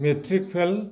matric fail